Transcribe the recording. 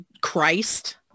Christ